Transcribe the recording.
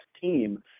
team